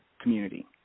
community